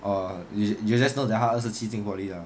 orh you you just know that 他二十七进 poly lah